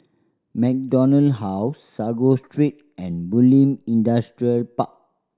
MacDonald House Sago Street and Bulim Industrial Park